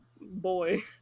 boy